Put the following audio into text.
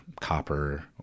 copper